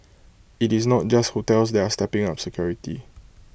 IT is not just hotels that are stepping up security